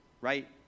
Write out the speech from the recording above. right